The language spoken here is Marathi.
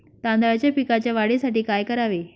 तांदळाच्या पिकाच्या वाढीसाठी काय करावे?